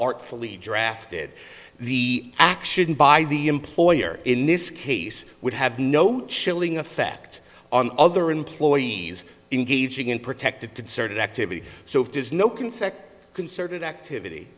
artfully drafted the action by the employer in this case would have no chilling effect on other employees engaging in protected concerted activity so it is no consent concerted activity